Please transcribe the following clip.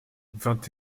vingt